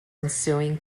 ensuing